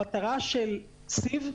המטרה של סיב,